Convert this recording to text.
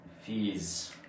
fees